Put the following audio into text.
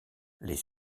les